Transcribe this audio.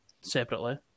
separately